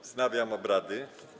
Wznawiam obrady.